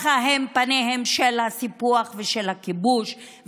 אלה הם פניהם של הסיפוח ושל הכיבוש,